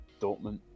Dortmund